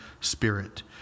spirit